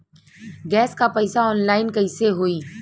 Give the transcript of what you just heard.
Gas क पैसा online कइसे होई?